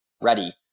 ready